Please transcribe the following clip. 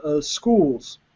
schools